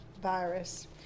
virus